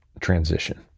transition